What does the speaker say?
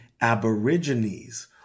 Aborigines